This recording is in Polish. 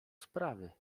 sprawy